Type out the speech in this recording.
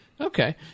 Okay